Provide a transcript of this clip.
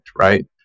Right